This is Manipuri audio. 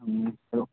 ꯍꯪꯕꯤꯔꯛꯑꯣ